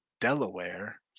Delaware